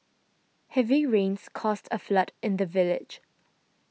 heavy rains caused a flood in the village